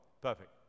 Perfect